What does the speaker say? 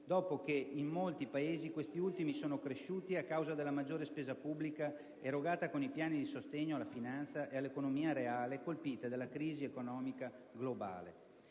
dopo che in molti Paesi questi ultimi sono cresciuti a causa della maggiore spesa pubblica erogata con i piani di sostegno alla finanza e all'economia reale colpite dalla crisi economica globale.